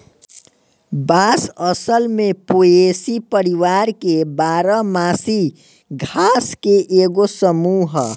बांस असल में पोएसी परिवार के बारह मासी घास के एगो समूह ह